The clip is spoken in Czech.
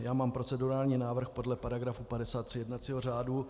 Já mám procedurální návrh podle § 53 jednacího řádu.